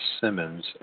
Simmons